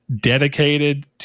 dedicated